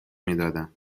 میدادم